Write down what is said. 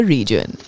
Region।